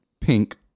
pink